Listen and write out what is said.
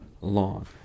long